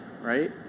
right